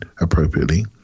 appropriately